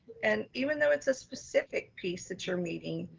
and even though it's a specific piece that you're meeting,